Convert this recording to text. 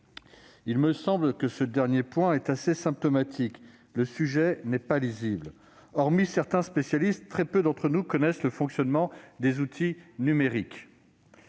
il me semble d'ailleurs que cela est assez symptomatique : le sujet n'est pas lisible. Hormis certains spécialistes, très peu d'entre nous connaissent le fonctionnement des outils numériques.